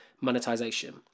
monetization